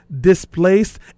displaced